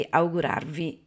augurarvi